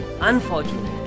unfortunately